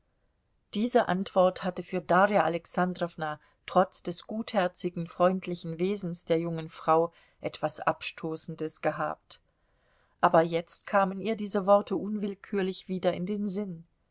diese antwort hatte für darja alexandrowna trotz des gutherzigen freundlichen wesens der jungen frau etwas abstoßendes gehabt aber jetzt kamen ihr diese worte unwillkürlich wieder in den sinn